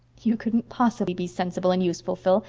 you couldn't possibly be sensible and useful, phil,